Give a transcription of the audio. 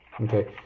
Okay